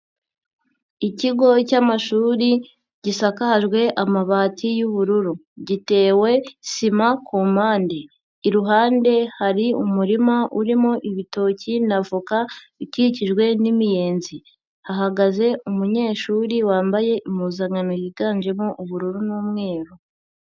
Ikigo cy'amashuri gisakajwe amabati y'ubururu, gitewe sima ku mpande, iruhande hari umurima urimo ibitoki na voka, ikikijwe n'imiyenzi, hahagaze umunyeshuri wambaye impuzankano yiganjemo ubururu n'umweru.